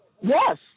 Yes